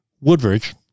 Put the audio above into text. Woodbridge